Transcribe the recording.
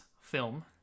film